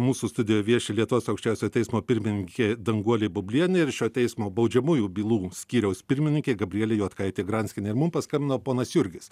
mūsų studijoj vieši lietuvos aukščiausiojo teismo pirmininkė danguolė bublienė ir šio teismo baudžiamųjų bylų skyriaus pirmininkė gabrielė juodkaitė granskienėir mum paskambino ponas jurgis